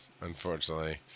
unfortunately